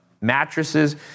mattresses